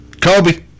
Kobe